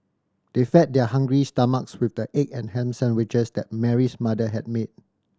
they fed their hungry stomachs with the egg and ham sandwiches that Mary's mother had made